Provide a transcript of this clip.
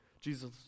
Jesus